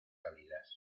cálidas